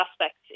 aspects